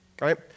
right